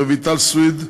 רויטל סויד,